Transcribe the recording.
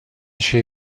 she